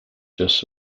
just